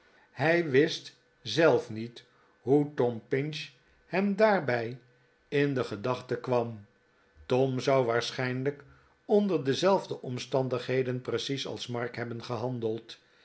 hij wist zelf niet hoe tom pinch hem daarbij martin komt tot zelfkennis in de gedachten kwam tom zou waarschijnlijk onder dezelfde omstandigheden precies als mark hebben gehandeld